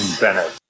Bennett